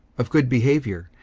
of good behaviour,